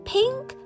Pink